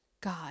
God